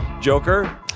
joker